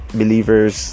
believers